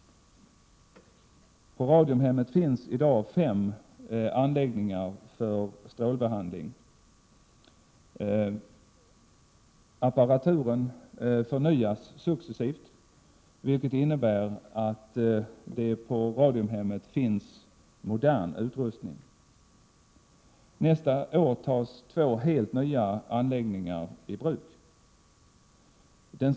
På Radiumhemmet finns i dag fem anläggningar för strålbehandling. Apparaturen förnyas successivt, vilket innebär att det på Radiumhemmet finns modern utrustning. Nästa år tas två helt nya anläggningar i bruk.